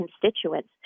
constituents